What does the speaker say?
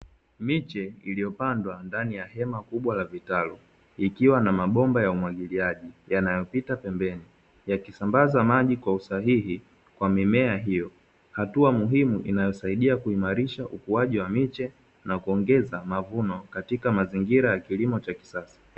Miche iliyopandwa ndani ya hema kubwa la vitalu, ikiwa na mabomba ya umwagiliaji yanayopita pembeni, yakisambaza maji kwa usahihi kwa mimea hiyo, hatua muhimu inayosaidia kuimarisha ukuaji wa miche na kuongeza mavuno katika mazingira ya kilimo cha kisasa.